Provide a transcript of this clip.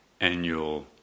annual